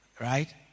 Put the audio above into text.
right